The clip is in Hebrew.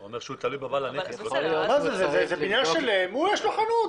זה בניין שלם בו יש לו חנות.